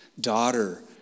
Daughter